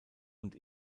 und